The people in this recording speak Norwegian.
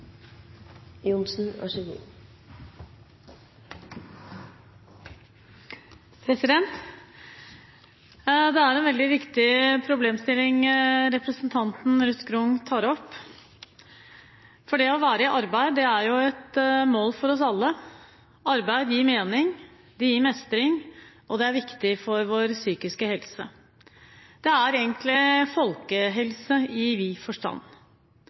av dette, så det utfordrer selve fundamentet, selve oppfatningen av hva som er tradisjonen for å oppleve hva som er sykt og friskt i samfunnet vårt. Det er en veldig viktig problemstilling representanten Ruth Grung tar opp. Det å være i arbeid er et mål for oss alle. Arbeid gir mening, det gir mestring, og det er viktig for vår psykiske